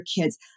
kids